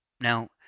Now